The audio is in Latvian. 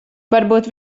varbūt